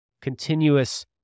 continuous